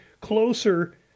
closer